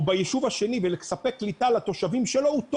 ביישוב השני ולספק קליטה לתושבים שלו הוא טועה.